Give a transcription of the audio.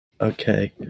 Okay